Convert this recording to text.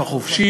השוק החופשי.